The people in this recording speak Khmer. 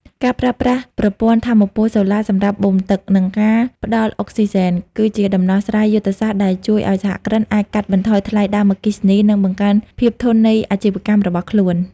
ការប្រើប្រាស់ប្រព័ន្ធថាមពលសូឡាសម្រាប់បូមទឹក និងការផ្ដល់អុកស៊ីហ្សែន គឺជាដំណោះស្រាយយុទ្ធសាស្ត្រដែលជួយឱ្យសហគ្រិនអាចកាត់បន្ថយថ្លៃដើមអគ្គិសនី និងបង្កើនភាពធន់នៃអាជីវកម្មរបស់ខ្លួន។